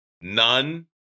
None